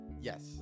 Yes